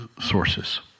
sources